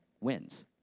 wins